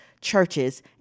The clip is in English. churches